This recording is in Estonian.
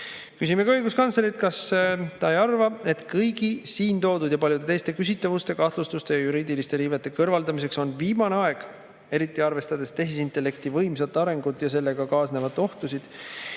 Küsime õiguskantslerilt veel, kas ta ei arva, et kõigi siin toodud ja paljude teiste küsitavuste, kahtlustuste ja juriidiliste riivete kõrvaldamiseks on viimane aeg, eriti arvestades tehisintellekti võimsat arengut ja sellega kaasnevaid ohtusid